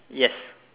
yes